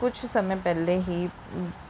ਕੁਛ ਸਮੇਂ ਪਹਿਲੇ ਹੀ